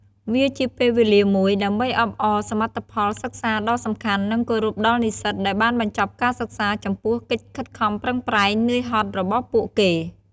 វាជាពេលវេលាមួយ ដើម្បីអបអរសមិទ្ធផលសិក្សាដ៏សំខាន់ និងគោរពដល់និស្សិតដែលបានបញ្ចប់ការសិក្សាចំពោះកិច្ចខិតខំប្រឹងប្រែង នឿយហត់របស់ពួកគេ។